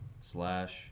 slash